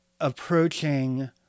approaching